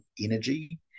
energy